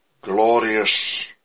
glorious